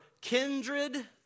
kindred